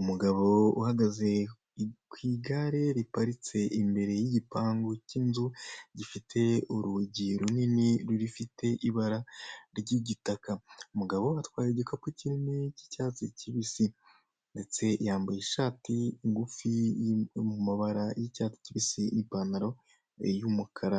Umugabo uhagaze ku igare riparitse imbere y'igipangu cy'inzu gifite urugi runini rufite ibara ry'igitaka, umugabo atwaye igikapu kinini cy'icyatsi kibisi, ndetse yambaye ishati ngufi mu mabara y'icyatsi kibisi, ipantaro y'umukara,